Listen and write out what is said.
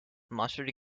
mustard